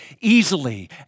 easily